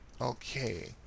Okay